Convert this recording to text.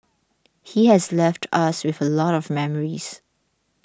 he has left us with a lot of memories